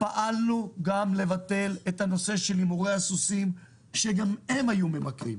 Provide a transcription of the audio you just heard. פעלנו לבטל את נושא הימורי הסוסים שגם הם היו ממכרים.